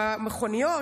מכוניות,